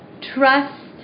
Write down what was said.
trust